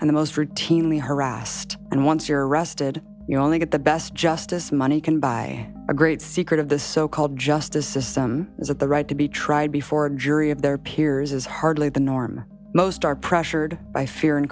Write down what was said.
and the most routinely harassed and once you're arrested you only get the best justice money can buy a great secret of this so called justice system is that the right to be tried before a jury of their peers is hardly the norm most are pressured by fear